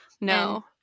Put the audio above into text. no